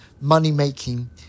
money-making